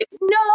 no